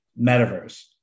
metaverse